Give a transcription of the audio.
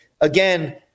again